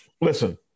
Listen